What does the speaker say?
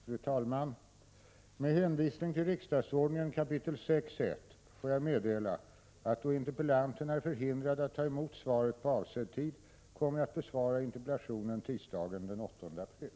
Fru talman! Med hänvisning till riksdagsordningens 6 kap. 1§ får jag meddela att jag kommer att besvara Pär Granstedts interpellation tisdagen den 8 april, eftersom interpellanten är förhindrad att ta emot svaret på avsedd tid.